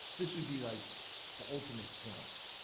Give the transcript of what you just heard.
this would be like the ultimate point,